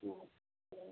अच्छा